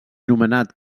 nomenat